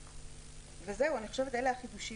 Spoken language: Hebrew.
זהו, אלה החידושים.